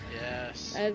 Yes